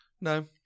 No